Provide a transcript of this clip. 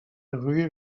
ruée